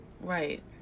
Right